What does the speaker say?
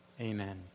amen